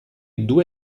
due